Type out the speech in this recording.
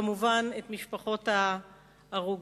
כמובן את משפחות ההרוגים-הנרצחים,